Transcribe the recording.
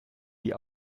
die